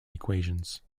equations